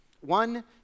One